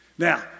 Now